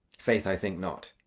faith, i think not,